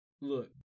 Look